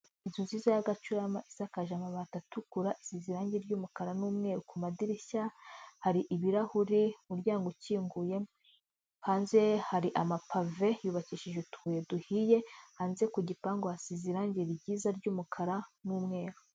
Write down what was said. Inzu nziza y'agacurama isakaje amabati atukura, isize irangi ry'umukara n'umweru ku madirishya, hari ibirahuri, umuryango ukinguye, hanze hari amapave yubakishije utubuye duhiye, hanze ku gipangu hasize irangi ryiza ry'umukara n'umweru.